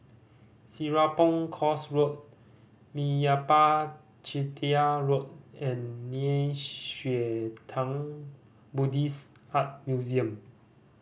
Serapong Course Road Meyappa Chettiar Road and Nei Xue Tang Buddhist Art Museum